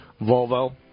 Volvo